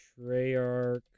Treyarch